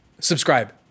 Subscribe